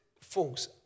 folks